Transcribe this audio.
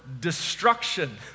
destruction